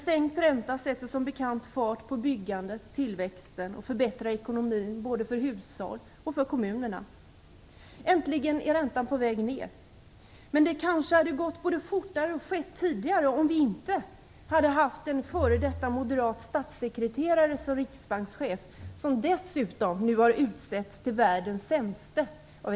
Det sätter som bekant fart på byggandet och tillväxten, och det förbättrar ekonomin både för hushåll och för kommunerna. Äntligen är räntan på väg ned. Men det kanske hade både gått fortare och skett tidigare om vi inte hade haft en före detta moderat statssekreterare som riksbankschef, som dessutom av expertisen nu har utsetts till världens sämste.